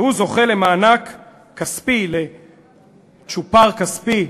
זוכה למענק כספי, לצ'ופר כספי,